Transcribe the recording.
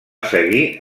seguir